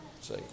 See